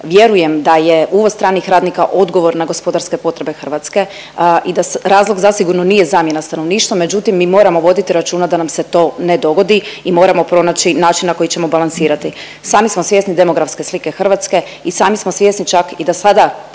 Vjerujem da je uvoz stranih radnika odgovor na gospodarske potrebe Hrvatske i da razlog zasigurno nije zamjena stanovništva međutim mi moramo voditi računa da nam se to ne dogodi i moramo pronaći način na koji ćemo balansirati. Sami smo svjesni demografske slike Hrvatske i sami smo svjesni čak i da sada